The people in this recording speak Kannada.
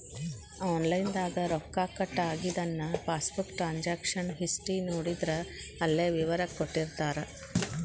ಆನಲೈನ್ ದಾಗ ರೊಕ್ಕ ಕಟ್ ಆಗಿದನ್ನ ಪಾಸ್ಬುಕ್ ಟ್ರಾನ್ಸಕಶನ್ ಹಿಸ್ಟಿ ನೋಡಿದ್ರ ಅಲ್ಲೆ ವಿವರ ಕೊಟ್ಟಿರ್ತಾರ